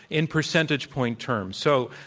in percentage point terms. so,